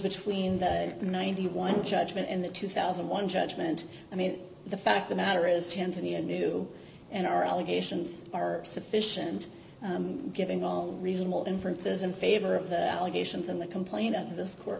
between the ninety one judgment and the two thousand and one judgment i mean the fact the matter is tanzania new and our allegations are sufficient given all reasonable inferences in favor of the allegations in the complaint of this court